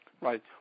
Right